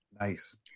Nice